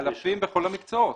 אלפים בכל המקצועות.